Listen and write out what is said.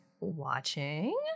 watching